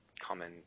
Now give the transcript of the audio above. common